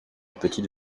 petite